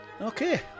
Okay